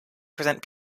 present